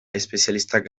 espezialistak